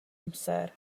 amser